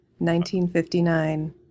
1959